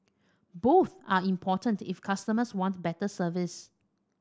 both are important if customers want better service